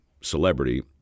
celebrity